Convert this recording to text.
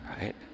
right